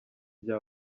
bya